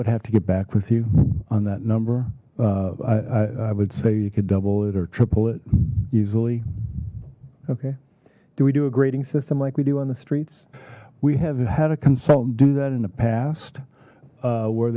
would have to get back with you on that number i i would say you could double it or triple it easily okay do we do a grading system like we do on the streets we have had a consultant do that in the past where